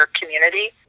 community